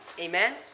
Amen